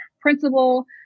principal